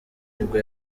nibwo